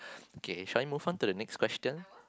okay shall I move on to the next question